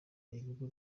ibigo